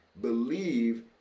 believe